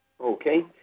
Okay